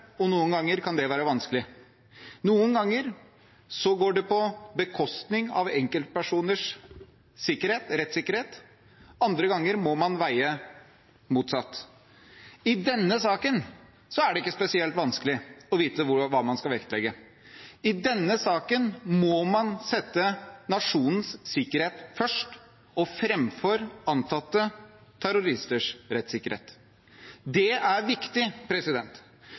og noen ganger kan det være vanskelig. Noen ganger går det på bekostning av enkeltpersoners rettssikkerhet, andre ganger må man veie motsatt. I denne saken er det ikke spesielt vanskelig å vite hva man skal vektlegge. I denne saken må man sette nasjonens sikkerhet først – framfor antatte terroristers rettssikkerhet. Det er viktig.